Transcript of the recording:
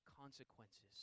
consequences